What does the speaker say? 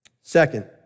Second